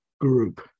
group